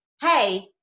hey